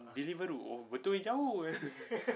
Deliveroo oh betul eh jauh